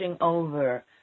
over